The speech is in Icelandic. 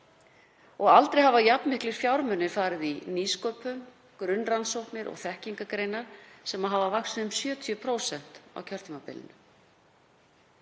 Aldrei hafa jafn miklir fjármunir farið í nýsköpun, grunnrannsóknir og þekkingargreinar sem hafa vaxið um 70% á kjörtímabilinu.